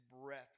breath